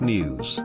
News